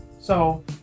So-